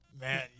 Man